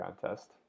contest